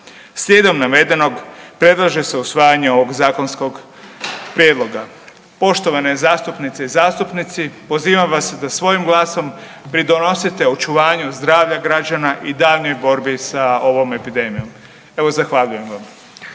Slijedom navedenog predlaže se usvajanje ovog zakonskog prijedlog. Poštovane zastupnice i zastupnici, pozivam vas da svojim glasom pridonosite očuvanju zdravlja građana i daljnjoj borbi sa ovom epidemijom. Evo, zahvaljujem vam.